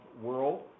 world